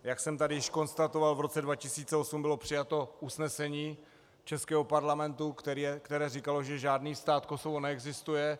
Jak jsem tady již konstatoval, v roce 2008 bylo přijato usnesení českého parlamentu, které říkalo, že žádný stát Kosovo neexistuje.